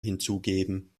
hinzugeben